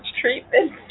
treatment